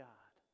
God